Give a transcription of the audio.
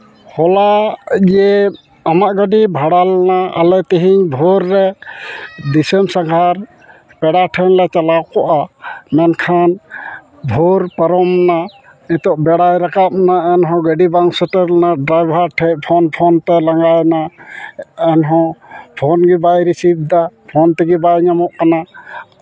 ᱦᱚᱞᱟ ᱜᱮ ᱟᱢᱟᱜ ᱜᱟᱹᱰᱤ ᱵᱷᱟᱲᱟ ᱞᱮᱱᱟ ᱟᱞᱮ ᱛᱮᱦᱮᱧ ᱵᱷᱳᱨ ᱨᱮ ᱫᱤᱥᱚᱢ ᱥᱟᱸᱜᱷᱟᱨ ᱯᱮᱲᱟ ᱴᱷᱮᱱ ᱞᱮ ᱪᱟᱞᱟᱣ ᱠᱚᱜᱼᱟ ᱢᱮᱱᱠᱷᱟᱱ ᱵᱷᱳᱨ ᱯᱟᱨᱚᱢ ᱱᱟ ᱱᱤᱛᱚᱜ ᱵᱮᱲᱟᱭ ᱨᱟᱠᱟᱵᱱᱟ ᱮᱱᱦᱚᱸ ᱜᱟᱹᱰᱤ ᱵᱟᱝ ᱥᱮᱴᱮᱨ ᱞᱮᱱᱟ ᱰᱨᱟᱭᱵᱷᱟᱨ ᱴᱷᱮᱡ ᱯᱷᱳᱱ ᱯᱷᱳᱱ ᱛᱮ ᱞᱟᱸᱜᱟᱭᱱᱟ ᱮᱱᱦᱚᱸ ᱯᱷᱳᱱ ᱜᱮ ᱵᱟᱭ ᱨᱤᱥᱤᱵᱷᱫᱟ ᱯᱷᱳᱱ ᱛᱮᱜᱮ ᱵᱟᱭ ᱧᱟᱢᱚᱜ ᱠᱟᱱᱟ